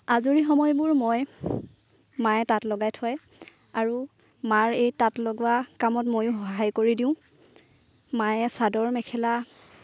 আজৰি সময়বোৰ মই মায়ে তাঁত লগাই থয় আৰু মাৰ এই তাঁত লগোৱা কামত ময়ো সহায় কৰি দিওঁ মায়ে চাদৰ মেখেলা